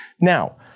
Now